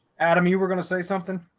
adam, you were gonna say something?